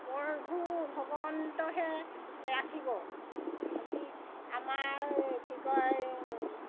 প্ৰভূ ভগৱন্তইহে ৰাখিব আজি আমাৰ কি কয়